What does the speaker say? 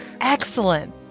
Excellent